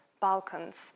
Balkans